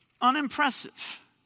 Unimpressive